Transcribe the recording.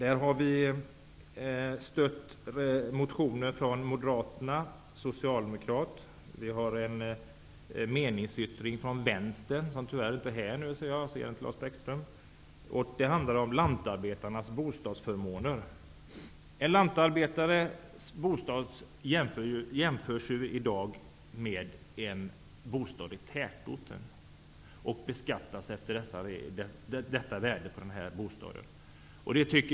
Vi har stött motioner från både Moderaterna och Socialdemokraterna och en meningsyttring från vänstern om lantarbetarnas bostadsförmåner. En lantarbetares bostad jämförs i dag med en bostad i tätorten och beskattas efter värdet på den.